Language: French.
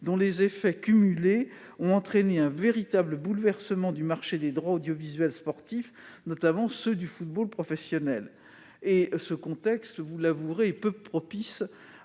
dont les effets cumulés ont entraîné un véritable bouleversement du marché des droits audiovisuels sportifs, notamment ceux du football professionnel. Vous l'avouerez, ce contexte est peu propice